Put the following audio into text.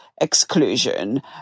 exclusion